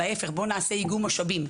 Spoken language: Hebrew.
אלא להיפך לעשות איגום משאבים.